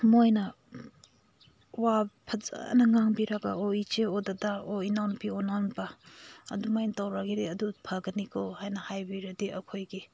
ꯃꯣꯏꯅ ꯋꯥ ꯐꯖꯅ ꯉꯥꯡꯕꯤꯔꯒ ꯑꯣ ꯏꯆꯦ ꯑꯣ ꯗꯥꯗꯥ ꯑꯣ ꯏꯅꯥꯎ ꯅꯨꯄꯤ ꯑꯣ ꯏꯅꯥꯎ ꯅꯨꯄꯥ ꯑꯗꯨꯃꯥꯏꯅ ꯇꯧꯔꯒꯗꯤ ꯑꯗꯨ ꯐꯒꯅꯤꯀꯣ ꯍꯥꯏꯅ ꯍꯥꯏꯕꯤꯔꯗꯤ ꯑꯩꯈꯣꯏꯒꯤ